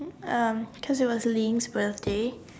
um because it was Lynn's birthday